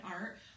art